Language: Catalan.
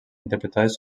interpretades